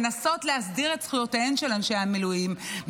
לנסות להסדיר את זכויותיהם של אנשי המילואים,